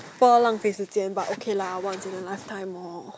不要浪费时间 but okay lah once in lifetime lor